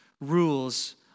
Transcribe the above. rules